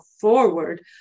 forward